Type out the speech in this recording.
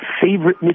favorite